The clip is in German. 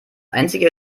einzige